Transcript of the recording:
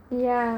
ya